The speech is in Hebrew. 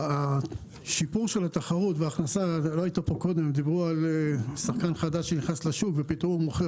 קודם דיברו על שחקן חדש שנכנס לשוק ומוכר